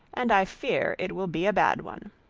and i fear it will be a bad one.